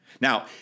Now